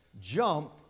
jump